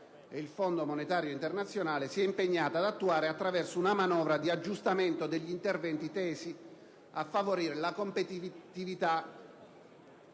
e il Fondo monetario internazionale, si è impegnata ad attuare attraverso una manovra di aggiustamento degli interventi tesi a favorire la competitività